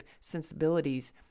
sensibilities